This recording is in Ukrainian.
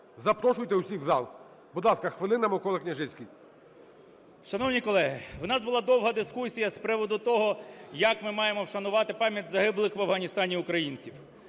запрошуйте усіх в зал. Будь ласка, хвилина, Микола Княжицький. 13:38:18 КНЯЖИЦЬКИЙ М.Л. Шановні колеги, в нас була довга дискусія з приводу того, як ми маємо вшанувати пам'ять загиблих в Афганістані українців.